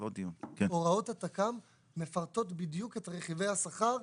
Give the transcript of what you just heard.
הוראות התק"ם מפרטות בדיוק את רכיבי השכר,